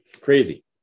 Crazy